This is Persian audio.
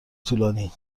طولانی